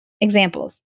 Examples